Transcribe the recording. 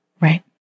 Right